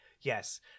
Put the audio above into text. Yes